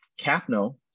Capno